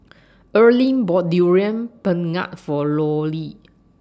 Earline bought Durian Pengat For Loree